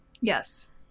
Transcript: Yes